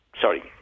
sorry